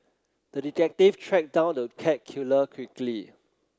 the detective tracked down the cat killer quickly